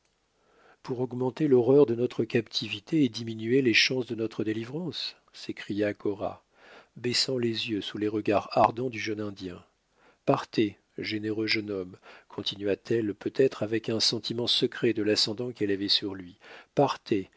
pour augmenter l'horreur de notre captivité et diminuer les chances de notre délivrance s'écria cora baissant les yeux sous les regards ardents du jeune indien partez généreux jeune homme continua-t-elle peut-être avec un sentiment secret de l'ascendant qu'elle avait sur lui partez